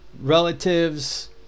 relatives